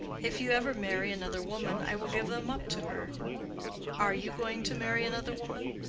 if you ever marry another woman i will give them up to her are you going to marry another woman?